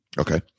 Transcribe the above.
Okay